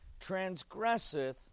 transgresseth